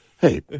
Hey